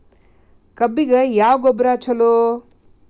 ಕಬ್ಬಿಗ ಯಾವ ಗೊಬ್ಬರ ಛಲೋ?